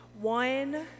one